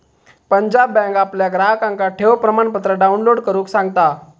Punjab bank आपल्या ग्राहकांका ठेव प्रमाणपत्र डाउनलोड करुक सांगता